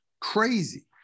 crazy